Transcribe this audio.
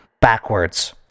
backwards